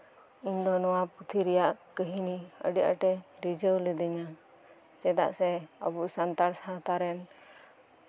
ᱤᱧ ᱫᱚ ᱱᱚᱶᱟ ᱯᱩᱛᱷᱤ ᱨᱮᱭᱟᱜ ᱠᱟᱹᱦᱱᱤ ᱟᱹᱰᱤ ᱟᱸᱴᱮ ᱨᱤᱡᱷᱟᱹᱣ ᱞᱤᱫᱤᱧᱟ ᱪᱮᱫᱟᱜ ᱥᱮ ᱥᱟᱱᱛᱟᱲ ᱥᱟᱶᱛᱟ ᱨᱮ